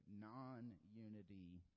non-unity